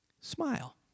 Smile